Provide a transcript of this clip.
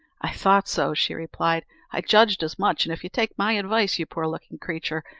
i thought so, she replied i judged as much and if you take my advice, you poor-looking creature,